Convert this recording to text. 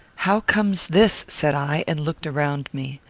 how comes this? said i, and looked around me.